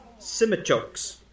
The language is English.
Simichokes